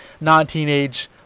non-teenage